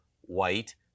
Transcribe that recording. white